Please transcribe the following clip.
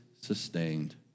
sustained